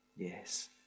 Yes